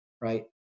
right